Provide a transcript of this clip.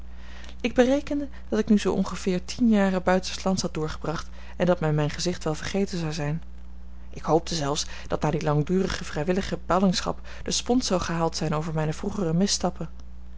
ik berekende dat ik nu zoo ongeveer tien jaren buitenslands had doorgebracht en dat men mijn gezicht wel vergeten zou zijn ik hoopte zelfs dat na die langdurige vrijwillige ballingschap de spons zou gehaald zijn over mijne vroegere misstappen